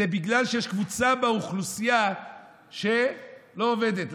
זה בגלל שיש קבוצה באוכלוסייה שלא עובדת.